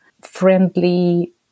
friendly